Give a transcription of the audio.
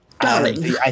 Darling